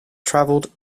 travelled